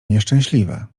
nieszczęśliwe